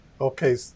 Okay